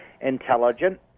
intelligent